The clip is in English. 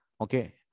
Okay